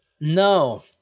No